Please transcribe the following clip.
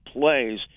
plays